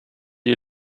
you